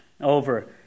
over